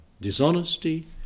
Dishonesty